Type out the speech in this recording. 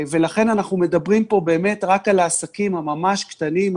לכן אנחנו מדברים פה רק על העסקים הממש קטנים,